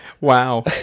Wow